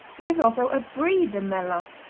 there is also a brie de melun.